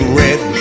red